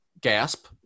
gasp